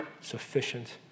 sufficient